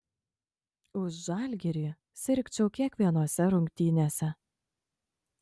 už žalgirį sirgčiau kiekvienose rungtynėse